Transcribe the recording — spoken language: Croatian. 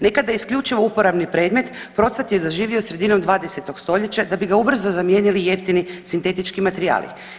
Nekada isključivo uporabni predmet procvat je zaživio sredinom 20. stoljeća da bi ga ubrzo zamijenili jeftini sintetički materijali.